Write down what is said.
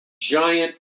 giant